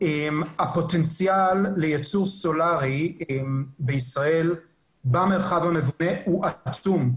הפוטנציאל לייצור סולארי בישראל במרחב המבונה הוא עצום.